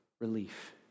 relief